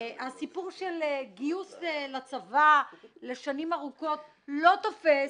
הסיפור של הגיוס לצבא לשנים ארוכות, לא תופס,